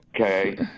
okay